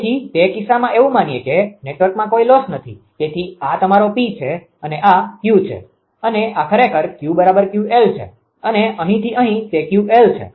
તેથી તે કિસ્સામાં એવું માનીએ કે નેટવર્કમાં કોઈ લોસ નથી તેથી આ તમારો P છે અને આ Q છે અને આ ખરેખર 𝑄 𝑄𝑙 છે અને અહીંથી અહીં તે 𝑄𝑙 છે